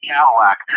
Cadillac